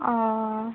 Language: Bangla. ও